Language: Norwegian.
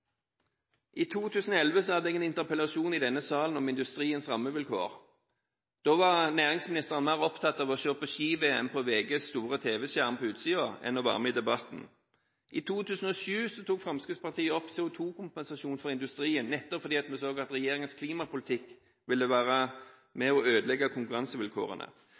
I 2011 hadde jeg en interpellasjon i denne salen om industriens rammevilkår. Da var næringsministeren mer opptatt av å se på Ski-VM på VGs store tv-skjerm på utsiden enn å være med i debatten. I 2007 tok Fremskrittspartiet opp CO2-kompensasjon for industrien, nettopp fordi vi så at regjeringens klimapolitikk ville være med og ødelegge konkurransevilkårene.